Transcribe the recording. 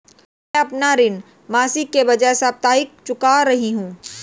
मैं अपना ऋण मासिक के बजाय साप्ताहिक चुका रही हूँ